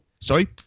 Sorry